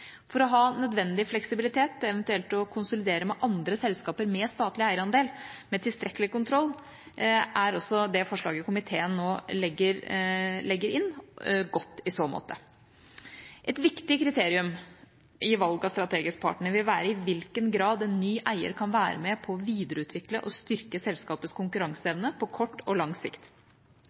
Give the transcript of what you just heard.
For å ha nødvendig fleksibilitet, eventuelt å konsolidere med andre selskaper med statlig eierandel, med tilstrekkelig kontroll er også det forslaget komiteen nå legger inn, godt i så måte. Et viktig kriterium i valg av strategisk partner vil være i hvilken grad en ny eier kan være med på å videreutvikle og styrke selskapets konkurranseevne på kort og lang sikt.